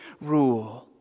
rule